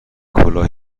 کلاه